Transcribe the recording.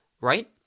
right